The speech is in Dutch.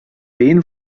been